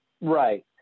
Right